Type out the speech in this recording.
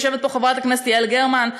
יושבת פה חברת הכנסת יעל גרמן.